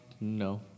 no